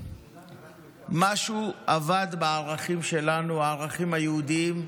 משהו אבד בערכים שלנו, הערכים היהודיים,